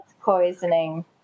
Poisoning